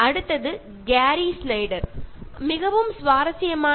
മറ്റൊന്ന് Gary Snyder പറഞ്ഞ രസകരമായ കാര്യമാണ്